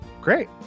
Great